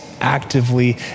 actively